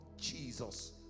Jesus